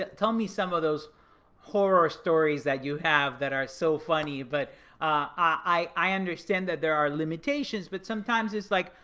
tell me some of those horror stories that you have that are so funny, but i understand that there are limitations, but sometimes it's like,